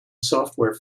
software